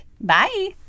bye